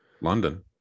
London